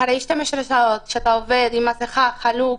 אחרי 12 שעות שאתה עובד עם מסכה, חלוק,